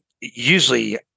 usually